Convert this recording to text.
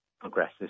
progresses